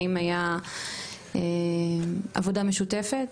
האם הייתה עבודה משותפת?